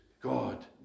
God